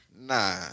Nah